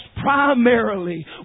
primarily